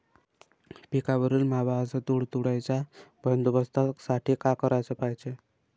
पिकावरील मावा अस तुडतुड्याइच्या बंदोबस्तासाठी का कराच पायजे?